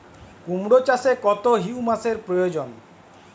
কুড়মো চাষে কত হিউমাসের প্রয়োজন?